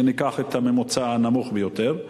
כשניקח את הממוצע הנמוך ביותר,